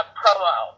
promo